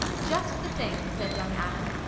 just the thing! said young adam.